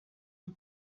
the